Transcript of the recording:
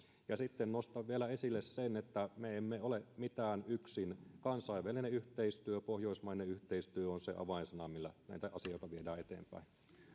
sitten nostan vielä esille sen että me emme ole mitään yksin kansainvälinen yhteistyö pohjoismainen yhteistyö on se avainsana millä näitä asioita viedään eteenpäin